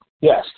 yes